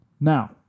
Now